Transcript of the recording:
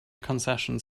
concessions